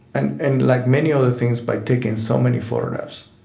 and and like many other things, by taking so many photographs,